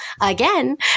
again